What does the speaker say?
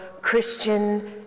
Christian